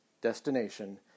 destination